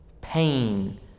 pain